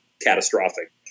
catastrophic